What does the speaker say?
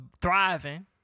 thriving